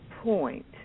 point